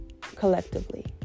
collectively